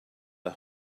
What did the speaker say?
are